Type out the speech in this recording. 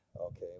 Okay